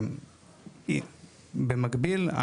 במקביל,